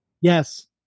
Yes